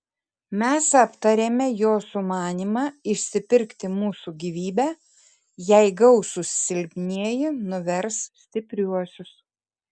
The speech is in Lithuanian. mes aptarėme jo sumanymą išsipirkti mūsų gyvybę jei gausūs silpnieji nuvers stipriuosius